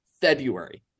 February